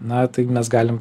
na tai mes galim